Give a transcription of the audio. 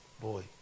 Boy